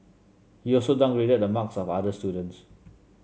he also downgraded the marks of other students